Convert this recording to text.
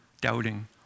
doubting